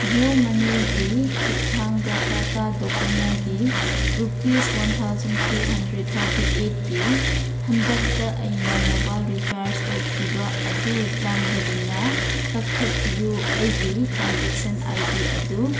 ꯖꯤꯑꯣ ꯃꯅꯤꯒꯤ ꯈꯨꯠꯊꯥꯡꯗ ꯇꯇꯥ ꯗꯣꯀꯨꯃꯣꯒꯤ rupees one thousand two hundred thirty ꯑꯩꯠꯀꯤ ꯍꯟꯗꯛꯇ ꯑꯩꯅ ꯃꯣꯕꯥꯏꯜ ꯔꯤꯆꯥꯔꯖ ꯇꯧꯈꯤꯕ ꯑꯗꯨ ꯆꯥꯟꯕꯤꯗꯨꯅ ꯀꯛꯊꯠꯄꯤꯌꯨ ꯑꯩꯒꯤ ꯇ꯭ꯔꯥꯟꯖꯦꯛꯁꯟ ꯑꯥꯏ ꯗꯤ ꯑꯗꯨ